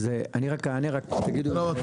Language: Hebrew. ואני רק אענה --- לא,